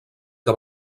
que